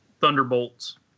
Thunderbolts